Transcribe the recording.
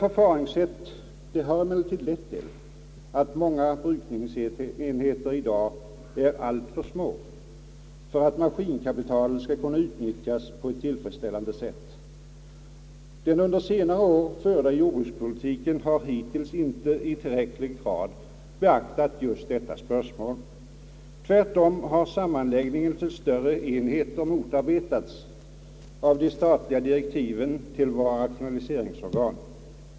Förfaringssättet har emellertid lett till att många brukningsenheter i dag är alltför små för att maskinkapitalet skall kunna utnyttjas på ett tillfredsställande sätt. Den under senare år förda jordbrukspolitiken har hittills inte i tillräcklig grad beaktat detta. Tvärtom har sammanläggning till större enheter motarbetats av de statliga direktiven till våra rationaliseringsorgan.